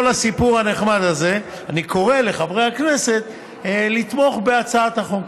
אני קורא לחברי הכנסת לתמוך בהצעת החוק.